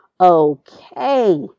Okay